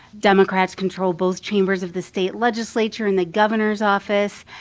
democrats control both chambers of the state legislature and the governor's office.